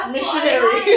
Missionary